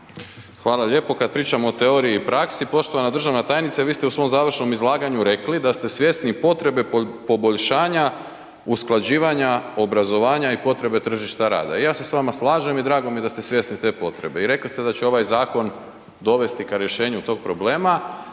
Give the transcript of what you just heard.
Hvala lijepo. Kad pričamo o teoriji i praksi, poštovana državna tajnice, vi ste u svom završnom izlaganju rekli da ste svjesni potrebe poboljšanja, usklađivanja, obrazovanja i potrebe tržišta rada i ja se s vama slažem i drago mi je da ste svjesni te potrebe i rekli ste da će ovaj zakon dovesti ka rješenju tog problema